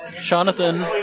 Jonathan